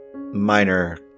minor